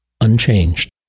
unchanged